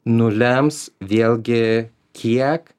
nulems vėlgi kiek